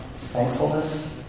thankfulness